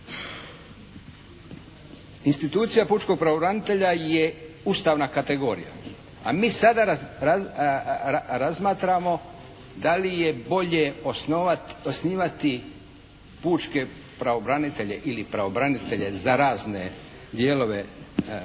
Institucija pučkog pravobranitelja je ustavna kategorija, a mi sada razmatramo da li je bolje osnivati pučke pravobranitelje ili pravobranitelje za razne dijelove hrvatskog